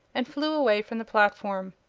and flew away from the platform.